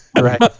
Right